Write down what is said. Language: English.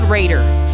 Raiders